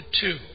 two